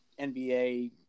NBA